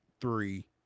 three